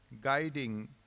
guiding